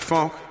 Funk